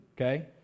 okay